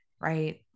right